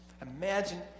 Imagine